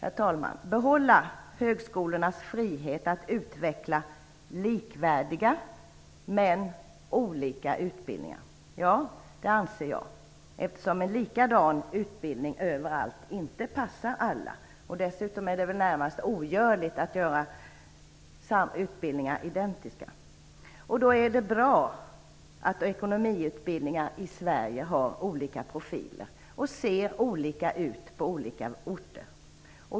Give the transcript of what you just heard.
Skall vi behålla högskolornas frihet att utveckla likvärdiga, men olika, utbildningar? Ja, det anser jag. En likadan utbildning överallt passar nämligen inte alla. Dessutom är det väl närmast ogörligt att få utbildningar identiska. Det är bra att ekonomiutbildningar i Sverige har olika profil och ser olika ut på olika orter.